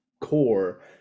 core